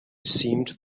seemed